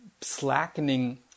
Slackening